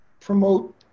promote